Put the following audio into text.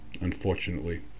unfortunately